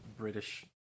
British